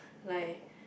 like